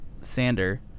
Sander